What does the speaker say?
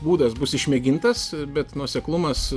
būdas bus išmėgintas bet nuoseklumas